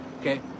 Okay